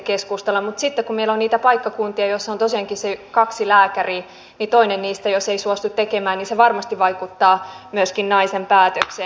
mutta sitten kun meillä on niitä paikkakuntia joissa on tosiaankin ne kaksi lääkäriä niin jos toinen näistä ei suostu tekemään niin se varmasti vaikuttaa myöskin naisen päätökseen